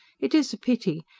it is a pity,